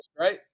right